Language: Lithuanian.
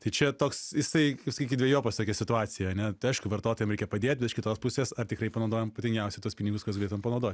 tai čia toks jisai sykį dvejopa tokia situacija ane tai aišku vartotojam reikia padėt bet iš kitos pusės ar tikrai panaudojam protingiausiai tuos pinigus kuriuos galėtumėm panaudotudoti